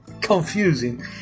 confusing